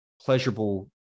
pleasurable